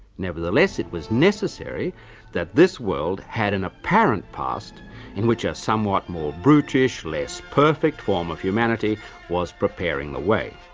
nevertheless it was necessary that this world had an apparent past in which a somewhat more brutish, less perfect form of humanity was preparing the way.